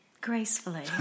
gracefully